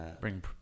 Bring